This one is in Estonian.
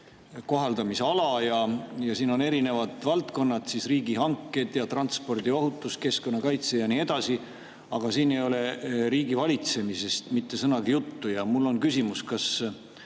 kohaldamisala kohta ja siin on erinevad valdkonnad: riigihanked, transpordiohutus, keskkonnakaitse ja nii edasi. Aga siin ei ole riigivalitsemisest mitte sõnagagi juttu. Mul on küsimus: kas